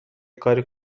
کاری